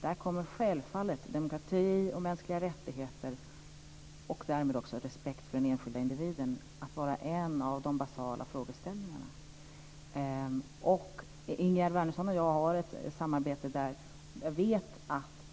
Där kommer självfallet demokrati och mänskliga rättigheter och därmed också respekt för den enskilda individen att vara en av de basala frågeställningarna. Ingegerd Wärnersson och jag har ett samarbete.